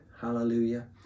hallelujah